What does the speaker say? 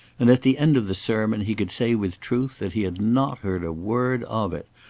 and at the end of the sermon he could say with truth that he had not heard a word of it,